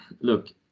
look